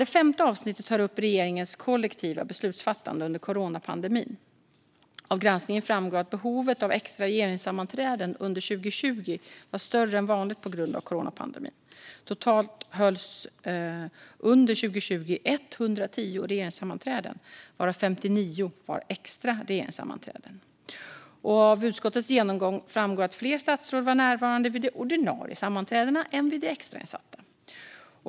Det femte avsnittet tar upp regeringens kollektiva beslutsfattande under coronapandemin. Av granskningen framgår att behovet av extra regeringssammanträden under 2020 var större än vanligt på grund av coronapandemin. Totalt under 2020 hölls 110 regeringssammanträden, varav 59 var extra regeringssammanträden. Av utskottets genomgång framgår att fler statsråd var närvarande vid de ordinarie sammanträdena än vid de extrainsatta.